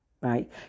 Right